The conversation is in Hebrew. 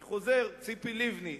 אני חוזר, ציפי לבני: